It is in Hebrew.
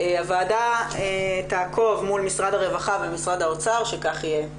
הוועדה תעקוב מול משרד הרווחה ומשרד האוצר שכך יהיה.